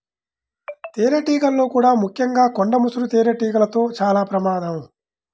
తేనెటీగల్లో కూడా ముఖ్యంగా కొండ ముసురు తేనెటీగలతో చాలా ప్రమాదం